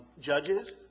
judges